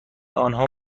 آنها